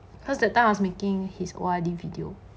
cause that time I was making his O_R_D video